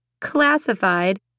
Classified